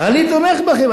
אני תומך בכן,